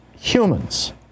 humans